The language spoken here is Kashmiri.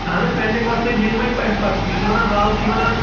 اہن حظ پِیَنٛلِنٛگ وَستَے یِن مےٚ اَمہِ پَتہٕ بہٕ چھُس وَنان حالہٕ چھِ وَنان